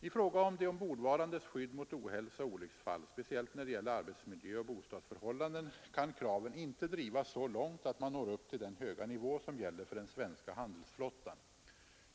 I fråga om de ombordvarandes skydd mot ohälsa och olycksfall — speciellt när det gäller arbetsmiljö och bostadsförhållanden — kan kraven inte drivas så långt att man når upp till den höga nivå som gäller för den svenska handelsflottan.